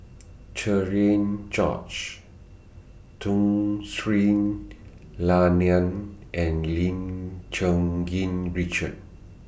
Cherian George Tun Sri Lanang and Lim Cherng Yih Richard